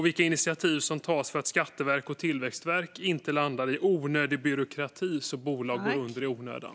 Vilka initiativ tas för att Skatteverket och Tillväxtverket inte ska landa i onödig byråkrati så att bolag går under i onödan?